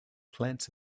plants